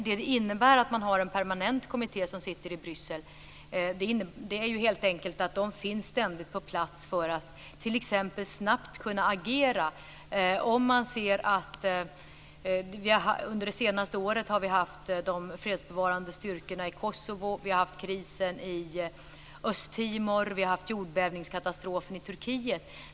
Att det finns en permanent kommitté som sitter i Bryssel innebär att den ständigt finns på plats för att kunna agera snabbt. Under det senaste året har vi haft de fredsbevarande styrkorna i Kosovo, krisen i Östtimor och jordbävningskatastrofen i Turkiet.